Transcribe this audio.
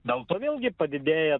dėl to vėlgi padidėja